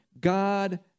God